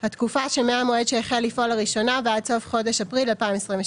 התקופה שמהמועד שהחל לפעול לראשונה ועד סוף חודש אפריל 2023,